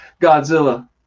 Godzilla